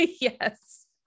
yes